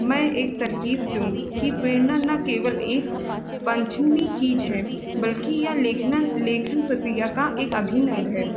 मैं एक तरकीब दूँ कि प्रेरणा न केवल एक चीज़ है बल्कि यह लेखना लेखन प्रक्रिया का एक अभिन्न अंग है